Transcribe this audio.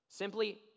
Simply